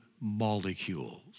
molecules